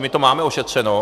My to máme ošetřeno.